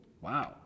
Wow